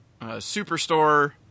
Superstore